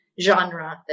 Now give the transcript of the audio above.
genre